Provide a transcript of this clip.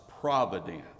providence